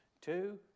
two